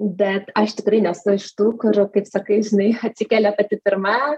bet aš tikrai nesu iš tų kur kaip sakai žinai atsikelia pati pirma